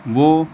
वह